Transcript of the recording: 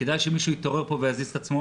וכדאי שמישהו פה יתעורר ויזיז את עצמו